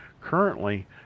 currently